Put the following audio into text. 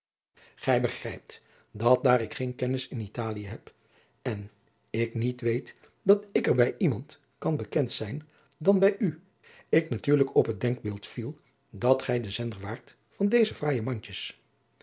gij begrijpt dat daar ik geen kennis in italie heb en ik niet weet dat ik er bij iemand kan bekend zijn dan bij u ik natuurlijk op het denkbeeld viel dat gij de zender waart van deze fraaije mandjes